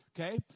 okay